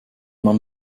man